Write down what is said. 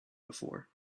before